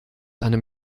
einem